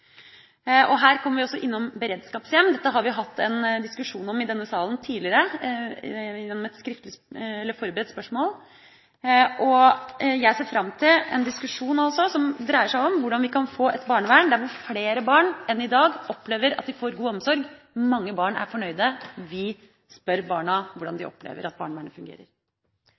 Her kommer vi innom beredskapshjem. Det har vi hatt en diskusjon om i denne salen tidligere gjennom et forberedt spørsmål. Jeg ser fram til en diskusjon som dreier som om hvordan vi kan få et barnevern der flere barn enn i dag opplever at de får god omsorg. Mange barn er fornøyde. Vi spør barna hvordan de opplever at barnevernet fungerer.